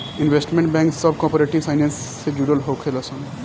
investment bank सभ corporate finance से जुड़ल होले सन